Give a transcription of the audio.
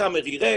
הקאמרי ריק,